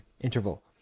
interval